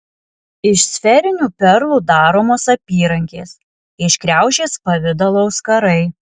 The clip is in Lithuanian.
iš sferinių perlų daromos apyrankės iš kriaušės pavidalo auskarai